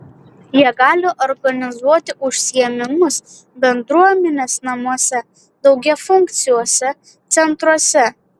jie gali organizuoti užsiėmimus bendruomenės namuose daugiafunkciuose centruose